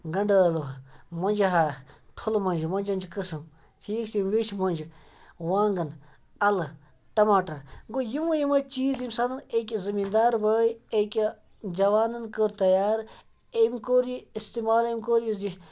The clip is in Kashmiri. گَنڈٕ ٲلٕوٕ مۄنٛجہِ ہاکھ ٹھوٚلہٕ مۄنجہِ مۄنٛجَن چھِ قٕسٕم ٹھیٖک چھِ یِم ویچھِ مۄنجہِ وانٛگَن اَلہٕ ٹَماٹَر گوٚو یِمَو یِمَے چیٖز ییٚمہِ ساتَن أکِس زٔمیٖندار بٲے أکہِ جَوانَن کٔر تَیار أمۍ کوٚر یہِ اِستعمال أمۍ کوٚر یہِ